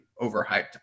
overhyped